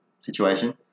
situation